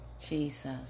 Jesus